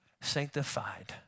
sanctified